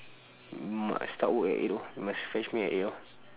must start work at eight lor you must fetch me at eight lor